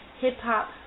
hip-hop